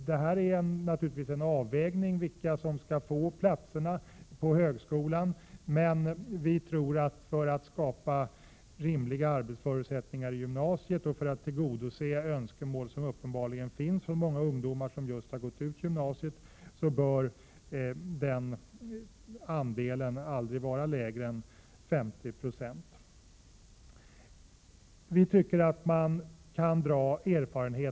Det är naturligtvis en avvägningsfråga vilka som skall få platserna på högskolan. För att skapa rimliga arbetsförutsättningar i gymnasiet och tillgodose önskemål som uppenbarligen finns hos många ungdomar som just gått ut gymnasiet, bör denna andel aldrig vara lägre än 50 90.